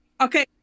Okay